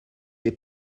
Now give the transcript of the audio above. les